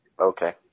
Okay